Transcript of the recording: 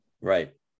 Right